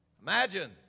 Imagine